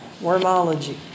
Wormology